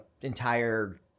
entire